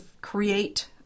create